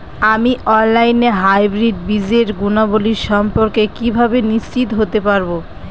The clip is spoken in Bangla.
আমি অনলাইনে হাইব্রিড বীজের গুণাবলী সম্পর্কে কিভাবে নিশ্চিত হতে পারব?